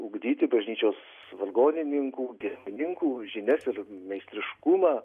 ugdyti bažnyčios vargonininkų giesmininkų žinias ir meistriškumą